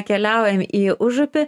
keliaujam į užupį